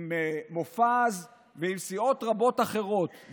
עם מופז ועם סיעות רבות אחרות.